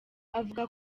avuga